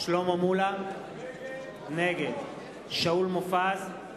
שלמה מולה, נגד שאול מופז,